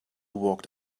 walked